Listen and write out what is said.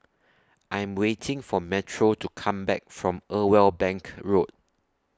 I'm waiting For Metro to Come Back from Irwell Bank Road